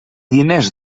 diners